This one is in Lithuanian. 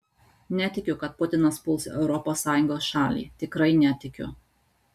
netikiu kad putinas puls europos sąjungos šalį tikrai netikiu